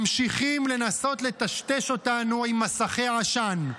ממשיכים לנסות לטשטש אותנו עם מסכי עשן.